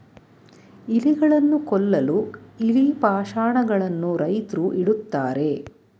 ಇಲಿಗಳನ್ನು ಕೊಲ್ಲಲು ಇಲಿ ಪಾಷಾಣ ಗಳನ್ನು ರೈತ್ರು ಇಡುತ್ತಾರೆ